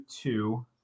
two